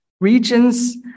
regions